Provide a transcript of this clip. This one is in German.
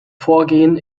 vorgehen